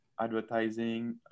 advertising